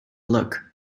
look